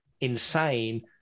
insane